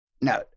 Now